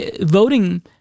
voting